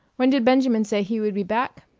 when did benjamin say he would be back?